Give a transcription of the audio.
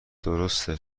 درسته